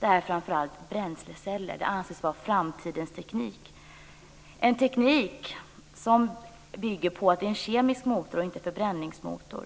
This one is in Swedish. är framför allt bränsleceller. Det anses vara framtidens teknik, en teknik som bygger på en kemisk motor och inte på en förbränningsmotor.